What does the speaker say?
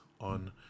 on